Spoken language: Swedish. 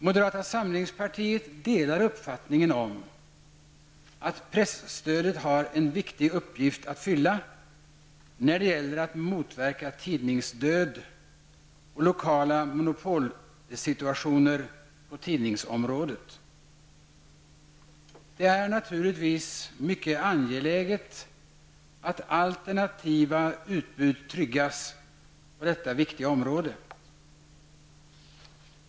Moderata samlingspartiet delar uppfattningen om att presstödet har en viktig uppgift att fylla när det gäller att motverka tidningsdöd och lokala monopolsituationer på tidningsområdet. Det är naturligtvis mycket angeläget att alternativa utbud tryggas på detta viktiga område.